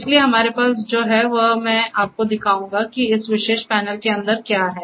इसलिए हमारे पास जो है वह मैं आपको दिखाऊंगा कि इस विशेष पैनल के अंदर क्या है